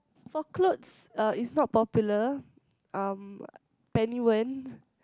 for clothes uh it's not popular um Peniwern